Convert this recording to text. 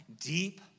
deep